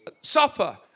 Supper